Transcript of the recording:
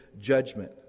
judgment